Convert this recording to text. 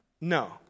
No